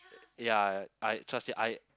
ya I trust you I